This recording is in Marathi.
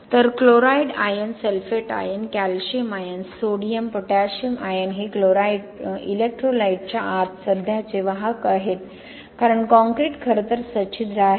तर chloride ion sulphate ion calcium ion sodium potassium ion हे इलेक्ट्रोलाइटच्या आत सध्याचे वाहक आहेत कारण कॉंक्रिट खरं तर सच्छिद्र आहे